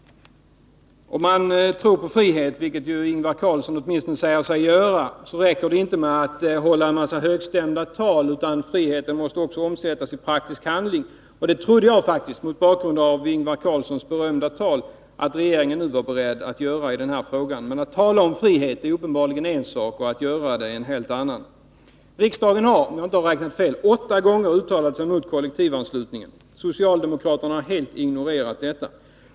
Om man tror på frihet, vilket ju Ingvar Carlsson åtminstone säger sig göra, så räcker det inte med att hålla en mängd högstämda tal, utan tankarna om frihet måste också omsättas i praktisk handling. Det trodde jag faktiskt, mot bakgrund av Ingvar. Carlssons berömda tal, att regeringen nu var beredd att göra i den här frågan. Men att tala om begreppet frihet är uppenbarligen en sak och att tillämpa det i praktiken en helt annan. Riksdagen har, om jag inte har räknat fel, åtta gånger uttalat sig mot kollektivanslutningen. Socialdemokraterna har helt ignorerat detta.